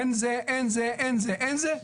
אין זה, אין זה, אין זה.